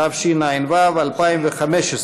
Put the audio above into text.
התשע"ו 2015,